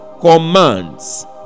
commands